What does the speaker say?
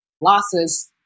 losses